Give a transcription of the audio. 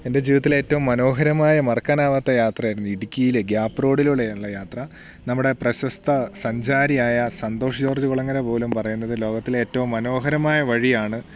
എൻ്റെ ജീവിതത്തിലെ ഏറ്റവും മനോഹരമായ മറക്കാനാവാത്ത യാത്രയായിരുന്നു ഇടുക്കിയിലെ ഗ്യാപ്പ് റോഡിലൂടെയുള്ള യാത്ര നമ്മുടെ പ്രശസ്ത സഞ്ചാരിയായ സന്തോഷ് ജോർജ്ജ് കുളങ്ങര പോലും പറയുന്നത് ലോകത്തിലെ ഏറ്റവും മനോഹരമായ വഴിയാണ്